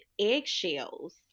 eggshells